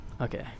okay